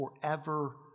forever